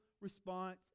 response